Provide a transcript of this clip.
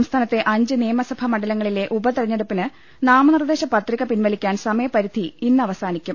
സംസ്ഥാനത്തെ അഞ്ച് നിയമസഭാ മണ്ഡലങ്ങളിലെ ഉപതിരഞ്ഞെ ടുപ്പിന് നാമനിർദ്ദേശപത്രിക പിൻവലിക്കാൻ സമയപരിധി ഇന്ന് അവ സാനിക്കും